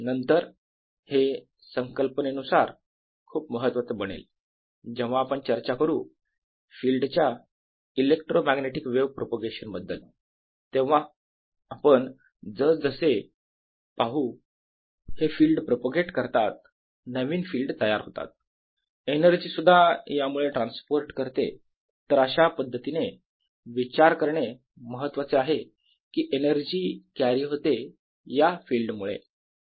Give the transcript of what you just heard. नंतर हे संकल्पनेनुसार खूप महत्त्वाचं बनेल जेव्हा आपण चर्चा करू फिल्ड च्या इलेक्ट्रोमॅग्नेटिक वेव प्रपोगेशन बद्दल तेव्हा आपण पाहू जसजसे हे फिल्ड प्रपोगेट करतात नवीन फिल्ड तयार होतात एनर्जी सुद्धा यामुळे ट्रान्सपोर्ट करते तर अशा पद्धतीने विचार करणे महत्त्वाचे कि एनर्जी कॅरी होते या फिल्डमुळे